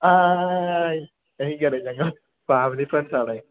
ആ ആ എനിക്ക് അറിയാം ഞങ്ങൾ ഫാമിലി ഫ്രണ്ട്സാണ്